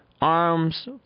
arms